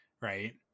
Right